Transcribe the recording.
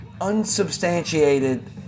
unsubstantiated